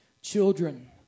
children